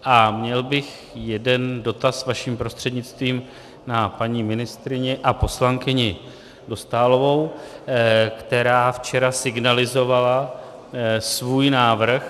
A měl bych jeden dotaz vaším prostřednictvím na paní ministryni a poslankyni Dostálovou, která včera signalizovala svůj návrh.